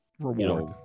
Reward